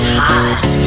hot